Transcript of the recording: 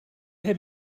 have